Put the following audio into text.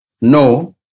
No